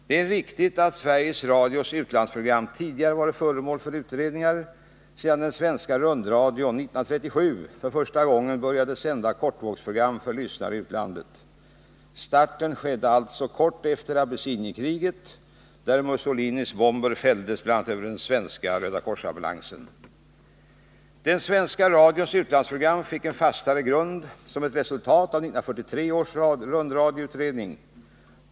Det är riktigt att Sveriges Radios utlandsprogram tidigare varit föremål för utredningar — sedan den svenska rundradion 1937 för första gången började sända kortvågsprogram för lyssnare i utlandet. Starten skedde alltså kort efter Abessinienkriget — under vilket Mussolinis bomber föll bl.a. över den svenska rödakorsambulansen. Den svenska radions utlandsprogram fick en fastare grund som ett resultat av 1943 års rundradioutredning.